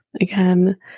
again